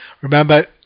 Remember